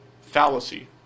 Fallacy